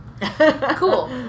Cool